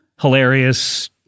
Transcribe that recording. hilarious